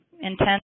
intense